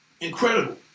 incredible